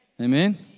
Amen